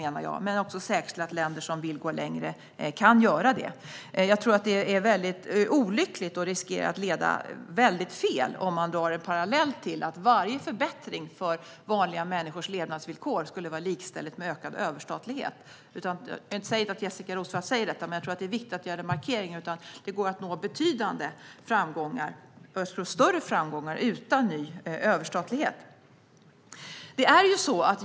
Man måste också säkerställa att länder som vill gå längre kan göra det. Jag tror att det vore olyckligt och riskerar att leda väldigt fel om man hävdar att varje förbättring av vanliga människors levnadsvillkor skulle vara likställigt med ökad överstatlighet. Nu menar jag inte att Jessika Roswall säger detta, men jag tror att det är viktigt att göra en markering här. Det går att nå betydande framgångar, för att inte säga större framgångar, utan ny överstatlighet.